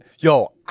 Yo